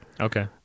okay